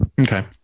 okay